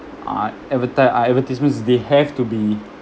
uh adverti~ uh advertisements they have to be